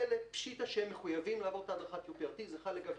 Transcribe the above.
אלה מחויבים לעבור את הדרכת ה-UPRT זה חל לגביהם.